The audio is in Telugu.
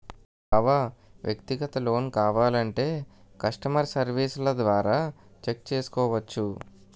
బావా వ్యక్తిగత లోన్ కావాలంటే కష్టమర్ సెర్వీస్ల ద్వారా చెక్ చేసుకోవచ్చు